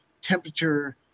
temperature